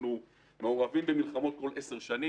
אנחנו מעורבים במלחמות גדולות כל עשר שנים